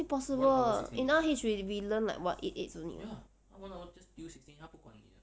impossible in R_H we learn like what eight eights only